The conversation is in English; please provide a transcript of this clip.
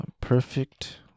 Perfect